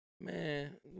Man